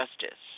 Justice